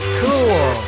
cool